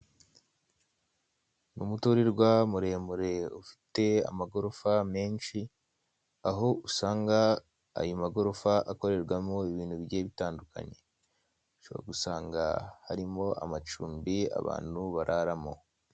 Ni umuturirwa muremure ufite amagorofa menshi, aho usanga ayo magorofa akorerwamo ibintu bigiye bitandukanye, ushobora ganga harimo amacumbi abantu bararamo.